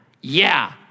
yeah